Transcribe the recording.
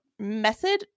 method